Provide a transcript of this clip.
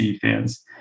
fans